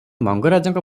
ମଙ୍ଗରାଜଙ୍କ